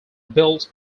built